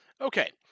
Okay